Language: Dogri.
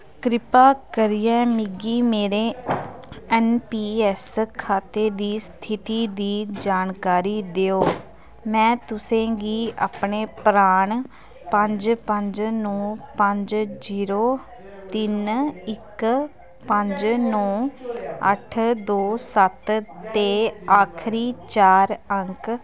कृपा करियै मिगी मेरे एन पी एस खाते दी स्थिति दी जानकारी देओ में तुसें गी अपने परान पंज पंज नौ पंज जीरो तिन इक्क पंज नौ अट्ठ दो सत्त ते आखरी चार अंक